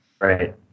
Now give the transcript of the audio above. right